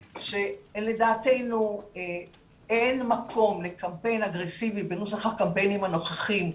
שלדעתנו אין מקום לקמפיין אגרסיבי בנוסח הקמפיינים הנוכחיים,